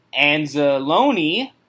Anzalone